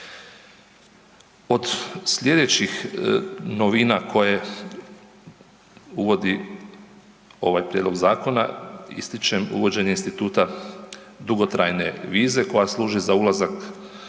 Od slijedećih novina koje uvodi ovaj prijedlog zakona ističem uvođenje instituta dugotrajne vize koja služi za ulazak